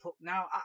now